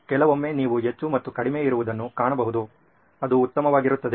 ಕೆಲವೊಮ್ಮೆ ನೀವು ಹೆಚ್ಚು ಮತ್ತು ಕಡಿಮೆ ಇರುವುದನ್ನು ಕಾಣಬಹುದು ಅದು ಉತ್ತಮವಾಗಿರುತ್ತದೆ